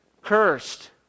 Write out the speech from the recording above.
cursed